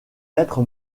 être